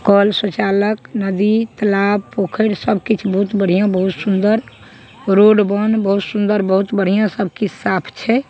कऽल शौचालय नदी तलाब पोखरि सबकिछु बहुत बढ़िऑं बहुत सुन्दर रोड बान्ह बहुत सुन्दर बहुत बढ़िऑं सबकिछु साफ छै